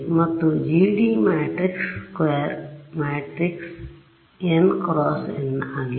ಮತ್ತು GD matrix square matrix N × N ಆಗಿದೆ